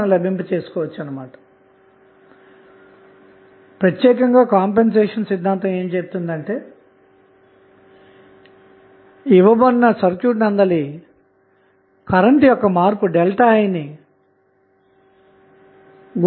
కాబట్టి ఇప్పుడు terminals ab అంతటా ఒక 1 mA కరెంట్ సోర్స్ కనెక్ట్ చేద్దాము